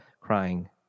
crying